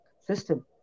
system